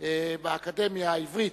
באקדמיה העברית,